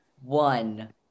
One